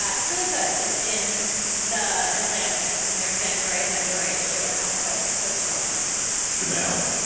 it's really good. it's in the atlantic in their january february issue and also posted online jamal,